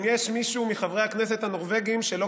אם יש מישהו מחברי הכנסת הנורבגים שלא